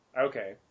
okay